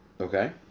Okay